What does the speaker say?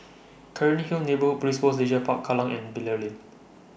Cairnhill Neighbour Police Post Leisure Park Kallang and Bilal Lane